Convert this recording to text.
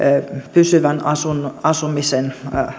pysyvän asumisen asumisen